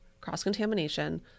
cross-contamination